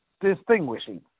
distinguishing